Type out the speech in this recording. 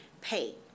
pay